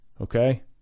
Okay